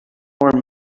more